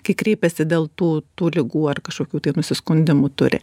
kai kreipiasi dėl tų tų ligų ar kažkokių tai nusiskundimų turi